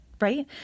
right